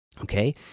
okay